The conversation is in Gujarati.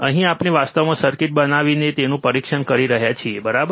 અહીં આપણે વાસ્તવમાં સર્કિટ બનાવીને તેનું પરીક્ષણ કરી રહ્યા છીએ બરાબર